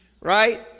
Right